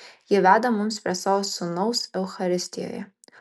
ji veda mums prie savo sūnaus eucharistijoje